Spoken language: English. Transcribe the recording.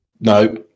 No